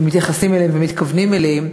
ומתייחסים אליהם ומתכוונים אליהם.